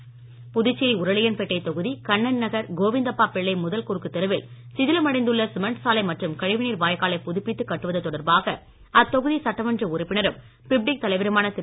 தொகுதி கண்ணன் நகர் புதுச்சேரி உருளையன்பேட்டை கோவிந்தப்பா பிள்ளை முதல் குறுக்குத் தெருவில் சிதிலமடைந்துள்ள சிமெண்ட் சாலை மற்றும் கழிவுநீர் வாய்க்காலைப் புதுப்பித்து கட்டுவது தொடர்பாக அத்தொகுதி சட்டமன்ற உறுப்பினரும் பிப்டிக் தலைவருமான திரு